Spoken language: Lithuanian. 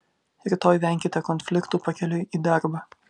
rytoj venkite konfliktų pakeliui į darbą